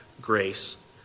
grace